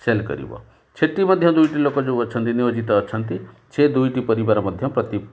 cell କରିବ ସେଠି ମଧ୍ୟ ଦୁଇଟି ଲୋକ ଯେଉଁ ଅଛନ୍ତି ନିୟୋଜିତ ଅଛନ୍ତି ସେ ଦୁଇଟି ପରିବାର ମଧ୍ୟ ପ୍ରତି